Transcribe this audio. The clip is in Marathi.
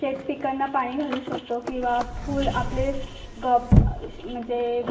शेतपिकांना पाणी घालू शकतो किंवा फुल आपले गप म्हणजे